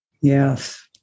Yes